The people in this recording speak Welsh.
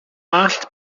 wallt